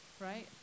right